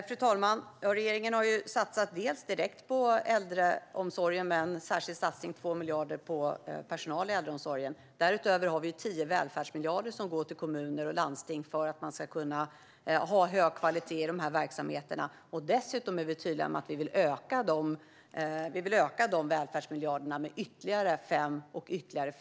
Fru talman! Regeringen har satsat direkt på äldreomsorgen med en särskild satsning med 2 miljarder på personal i äldreomsorgen. Därutöver har vi 10 välfärdsmiljarder som går till kommuner och landsting för att de ska kunna ha hög kvalitet i verksamheterna. Dessutom är vi tydliga med att vi vill öka de välfärdsmiljarderna med ytterligare 5 och ytterligare 5.